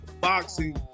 boxing